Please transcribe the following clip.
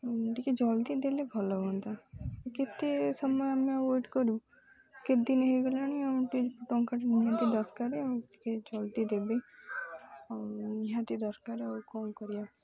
ଟିକେ ଜଲ୍ଦି ଦେଲେ ଭଲ ହୁଅନ୍ତା କେତେ ସମୟ ଆମେ ଆଉ ୱେଟ୍ କରିବୁ କେତେଦିନି ହେଇଗଲାଣି ଆଉ ଟିକେ ଟଙ୍କାଟା ନିହାତି ଦରକାରେ ଆଉ ଟିକେ ଜଲ୍ଦି ଦେବେ ଆଉ ନିହାତି ଦରକାର ଆଉ କ'ଣ କରିବା